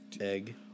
Egg